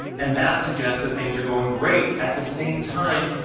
and that suggests that things are going great. at the same time,